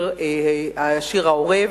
"העורב"